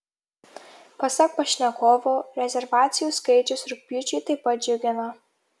pasak pašnekovo rezervacijų skaičius rugpjūčiui taip pat džiugina